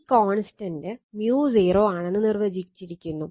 ഈ കോൺസ്റ്റന്റ് μ0 ആണെന്ന് നിർവചിച്ചിരിക്കുന്നു